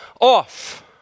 off